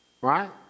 Right